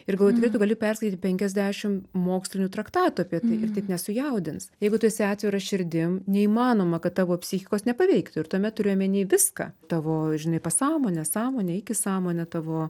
ir gavoju tikrai tu gali perskaityt penkiasdešimt mokslinių traktatų apie tai ir taip nesujaudins jeigu tu esi atvira širdim neįmanoma kad tavo psichikos nepaveiktų ir tuomet turiu omeny viską tavo žinai pasąmonė sąmonė ikisąmonė tavo